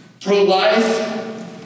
pro-life